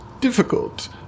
difficult